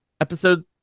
Episode